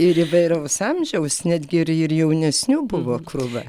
ir įvairaus amžiaus netgi ir ir jaunesnių buvo krūva